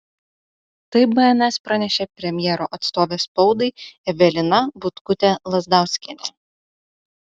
tai bns pranešė premjero atstovė spaudai evelina butkutė lazdauskienė